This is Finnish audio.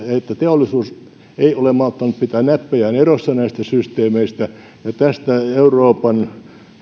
teollisuus ei ole malttanut pitää näppejään erossa näistä systeemeistä ja tästä